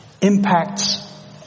impacts